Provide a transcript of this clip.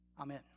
Amen